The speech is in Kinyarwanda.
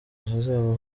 hazaba